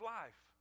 life